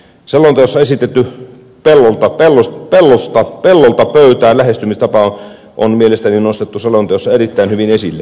selonteossa esitetty pellolta pöytään lähestymistapa on mielestäni nostettu selonteossa erittäin hyvin esille